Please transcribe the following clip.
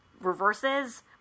reverses